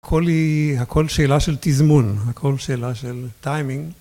הכל היא, הכל שאלה של תזמון, הכל שאלה של טיימינג.